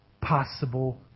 possible